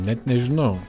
net nežinau